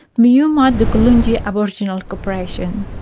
myuma-dugalunji aboriginal corporation.